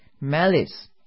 malice